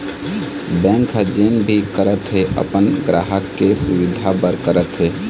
bank ह जेन भी करत हे अपन गराहक के सुबिधा बर करत हे